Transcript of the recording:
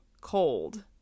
cold